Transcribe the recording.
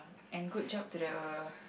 and good job to the